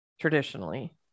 traditionally